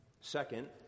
Second